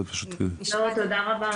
הפסקתי את הצהרונים,